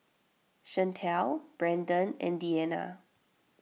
Shantell Brendon and Deanna